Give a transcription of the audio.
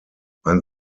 ein